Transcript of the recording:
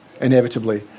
inevitably